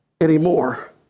anymore